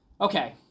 Okay